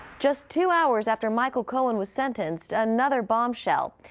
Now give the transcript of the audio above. just two hours after michael cohen was sentenced, another bombshell.